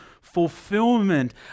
fulfillment